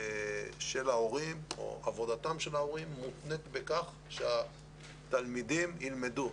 של ההורים או עבודתם של ההורים מותנית בכך שהתלמידים ילמדו.